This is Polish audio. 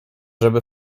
żeby